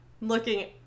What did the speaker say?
Looking